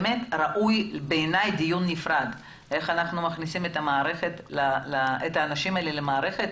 ראוי שיהיה על כך דיון נפרד איך אנחנו מכניסים את האנשים האלה למערכת